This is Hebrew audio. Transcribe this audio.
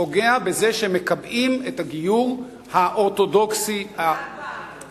פוגע בזה שמקבעים את הגיור האורתודוקסי, רק בארץ.